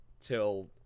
till